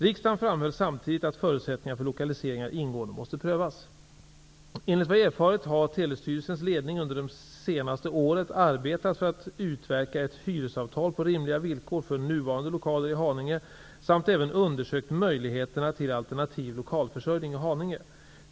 Riksdagen framhöll samtidigt att förutsättningarna för lokaliseringar ingående måste prövas. Enligt vad jag erfarit har Telestyrelsens ledning under det senaste året arbetat för att utverka ett hyresavtal på rimliga villkor för nuvarande lokaler i Haninge samt även undersökt möjligheterna till alternativ lokalförsörjning i Haninge.